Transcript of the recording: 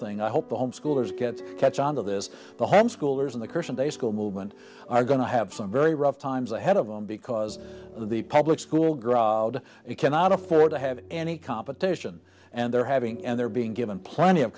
thing i hope the homeschoolers get catch on that is the homeschoolers in the current day school movement are going to have some very rough times ahead of them because the public school grodd you cannot afford to have any competition and they're having and they're being given plenty of